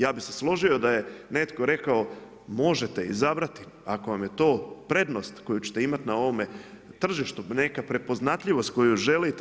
Ja bih se složio da je netko rekao možete izabrati ako vam je to prednost koju ćete imati na ovome tržištu, neka prepoznatljivost koju želite.